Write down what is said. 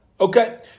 Okay